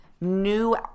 new